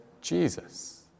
Jesus